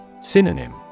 Synonym